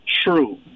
true